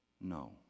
No